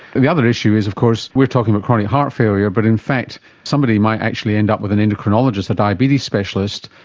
the other issue is of course we are talking about chronic heart failure, but in fact somebody might actually end up with an endocrinologist, a diabetes specialist,